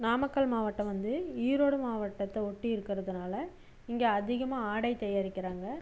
நாமக்கல் மாவட்டம் வந்து ஈரோடு மாவட்டத்தை ஒட்டி இருக்கிறதுனால இங்கே அதிகமாக ஆடை தயாரிக்கிறாங்க